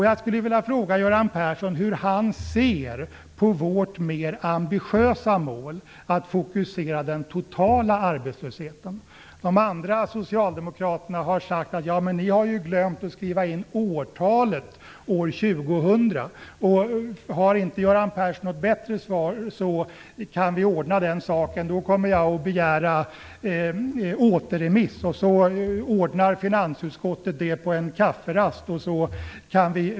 Jag skulle vilja fråga Göran Persson hur han ser på vårt mer ambitiösa mål att fokusera den totala arbetslösheten. De andra socialdemokraterna har sagt att vi har glömt att skriva in årtalet - år 2000. Har inte Göran Persson något bättre svar kan vi ordna den saken. Om det bara är det som är problemet kommer jag att begära återremiss, och så ordnar finansutskottet det på en kafferast.